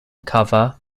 cover